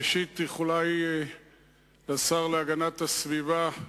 ראשית, איחולי לשר להגנת הסביבה,